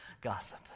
gossip